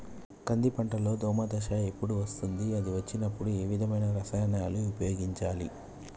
కంది పంటలో దోమ దశ ఎప్పుడు వస్తుంది అది వచ్చినప్పుడు ఏ విధమైన రసాయనాలు ఉపయోగించాలి?